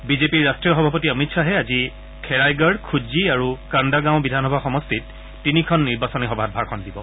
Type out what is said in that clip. বিজেপিৰ ৰাট্টীয় সভাপতি অমিত খাহে আজি খেইৰাগড় খুজ্জি আৰু কাণ্ডাগাঁও বিধানসভা সমষ্টিত তিনিখন নিৰ্বাচনী সভাত ভাষণ দিব